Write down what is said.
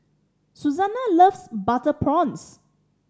Susana loves butter prawns